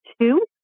two